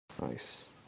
Nice